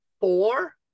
four